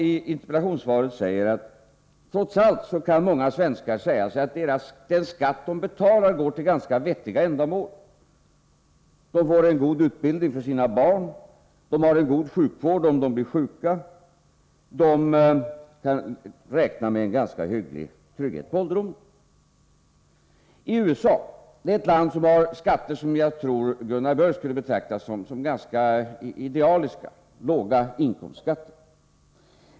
I interpellationssvaret anför jag att trots allt kan många svenskar säga sig att den skatt de betalar går till ganska vettiga ändamål. De får en god utbildning för sina barn, de har en god sjukvård om de blir sjuka och de kan räkna med en ganska hygglig trygghet på ålderdomen. USA är ett land som har skatter som jag tror att Gunnar Biörck skulle betrakta som nästan idealiska, dvs. låga inkomstskatter.